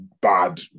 Bad